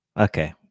okay